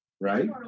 right